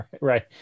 Right